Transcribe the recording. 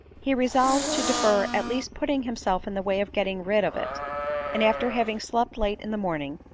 he resolved to defer at least put ting himself in the way of getting rid of it and after having slept late in the morning,